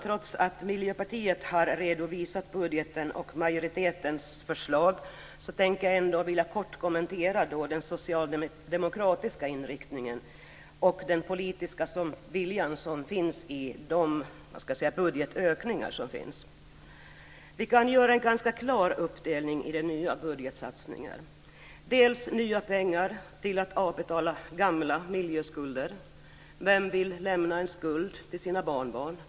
Trots att Miljöpartiet har redovisat budgeten och majoritetens förslag tänker jag ändå kort kommentera den socialdemokratiska inriktningen och den politiska viljan som finns i de budgetökningar som finns. Vi kan göra en ganska klar uppdelning i nya budgetsatsningar. Det är nya pengar till att avbetala gamla miljöskulder. Vem vill lämna en skuld till sina barnbarn?